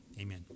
Amen